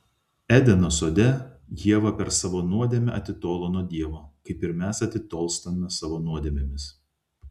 edeno sode ieva per savo nuodėmę atitolo nuo dievo kaip ir mes atitolstame savo nuodėmėmis